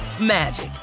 magic